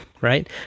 right